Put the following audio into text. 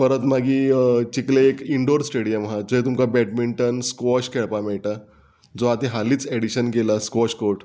परत मागीर चिकले एक इन्डोर स्टेडियम आहा जे तुमकां बॅडमिंटन स्कॉश खेळपा मेळटा जो आतां हालींच एडिशन केला स्कॉश कोर्ट